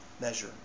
measure